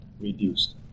reduced